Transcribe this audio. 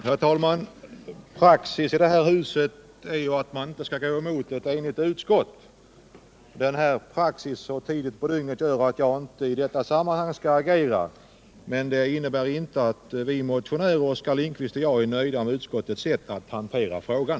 Herr talman! Praxis i det här huset är ju att man inte skall gå emot ett enigt utskott. Denna praxis och tiden på dygnet gör att jag inte skall agera i detta sammanhang. Det innebär inte att vi motionärer, Oskar Lindkvist och jag, är nöjda med utskottets sätt att hantera frågan.